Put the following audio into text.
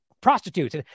prostitutes